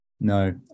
no